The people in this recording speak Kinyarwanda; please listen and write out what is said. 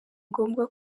ngombwa